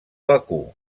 bakú